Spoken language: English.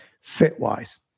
fit-wise